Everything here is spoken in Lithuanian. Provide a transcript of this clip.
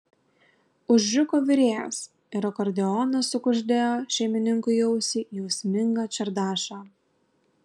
užriko virėjas ir akordeonas sukuždėjo šeimininkui į ausį jausmingą čardašą